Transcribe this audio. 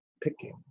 picking